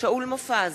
שאול מופז,